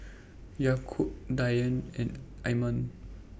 Yaakob Dian and Iman